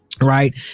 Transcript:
right